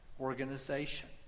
organization